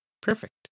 Perfect